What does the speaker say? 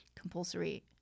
compulsory